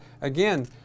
Again